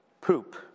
poop